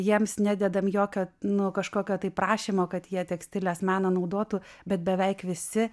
jiems nededam jokio nu kažkokio tai prašymo kad jie tekstilės meną naudotų bet beveik visi